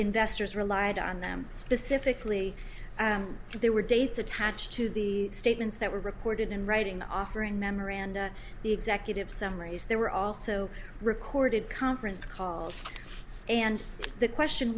investors relied on them specifically but they were dates attached to the statements that were recorded in writing offering memoranda the executive summaries there were also recorded conference calls and the question